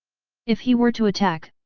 if he were to attack,